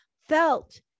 felt